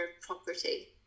property